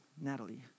Natalie